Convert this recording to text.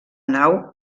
nau